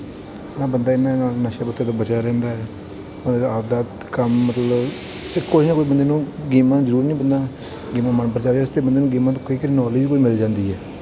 ਉਹ ਬੰਦਾ ਇਹਦੇ ਨਾਲ ਨਸ਼ੇ ਪੱਤੇ ਤੋਂ ਬਚਿਆ ਰਹਿੰਦਾ ਪਰ ਆਪਦਾ ਕੰਮ ਮਤਲਬ ਸਿ ਕੋਈ ਨਾ ਕੋਈ ਬੰਦੇ ਨੂੰ ਗੇਮਾਂ ਜ਼ਰੂਰ ਨਹੀਂ ਬੰਦਾ ਗੇਮਾਂ ਮਨਪ੍ਰਚਾਵੇ ਵਾਸਤੇ ਬੰਦੇ ਨੂੰ ਗੇਮਾਂ ਤੋਂ ਕਈ ਕਈ ਨੋਲੇਜ ਵੀ ਮਿਲ ਜਾਂਦੀ ਹੈ